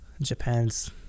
Japan's